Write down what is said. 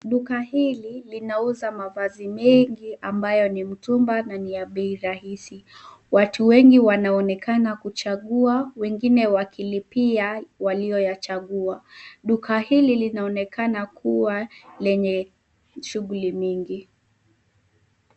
Duka hili linauza mavazi mengi ambayo ni mtumba na ni ya bei rahisi. Watu wengi wanaonekana kuchagua wengine wakilipia walioyachagua. Duka hili linaonekana kuwa lenye shughuli mingi.